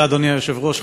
אדוני היושב-ראש,